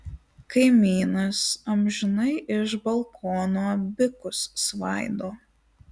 kaimynas amžinai iš balkono bikus svaido